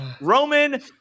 Roman